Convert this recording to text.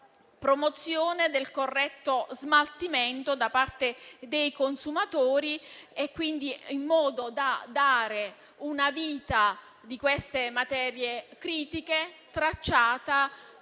promozione del corretto smaltimento da parte dei consumatori, in modo da dare una vita a queste materie critiche che sia